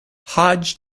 hodge